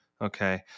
Okay